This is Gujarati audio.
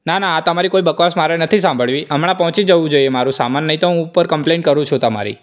ના ના આ તમારી કોઈ બકવાસ મને નથી સાંભળવી હમણાં પહોંચી જવું જોઈએ મારું સામાન નહીંતર હું ઉપર કંમ્પ્લેઇન કરું છું તમારી